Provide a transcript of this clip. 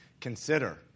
Consider